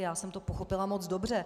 Já jsem to pochopila moc dobře.